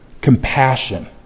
compassion